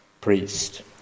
priest